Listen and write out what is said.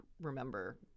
remember